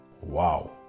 Wow